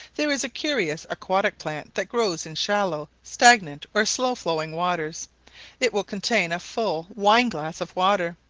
there is a curious aquatic plant that grows in shallow, stagnant, or slow-flowing waters it will contain a full wine-glass of water.